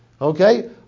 Okay